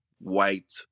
white